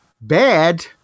bad